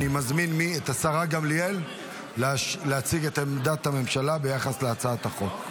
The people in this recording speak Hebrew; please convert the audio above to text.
אני מזמין את השרה גמליאל להציג את עמדת הממשלה ביחס להצעת החוק.